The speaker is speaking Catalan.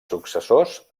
successors